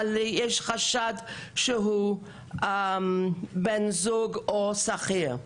אבל יש חשד שהוא בן זוג או שכיר.